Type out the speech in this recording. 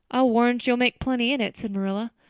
i'll warrant you'll make plenty in it, said marilla.